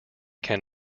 can